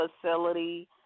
facility